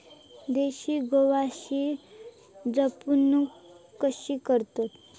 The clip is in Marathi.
देशी गोवंशाची जपणूक कशी करतत?